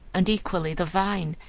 and equally the vine,